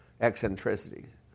eccentricities